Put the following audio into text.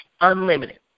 unlimited